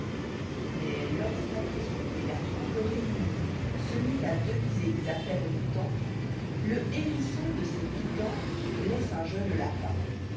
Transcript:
mais lorsqu'après souper la troupe réunie se mit à deviser des affaires du temps le hérisson de ses piquantsklcsse un jeune lapin